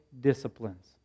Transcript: disciplines